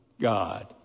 God